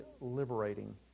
liberating